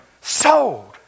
sold